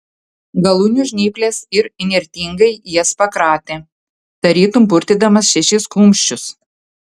galūnių žnyples ir įnirtingai jas pakratė tarytum purtydamas šešis kumščius